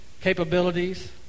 capabilities